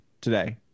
today